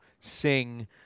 sing